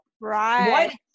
Right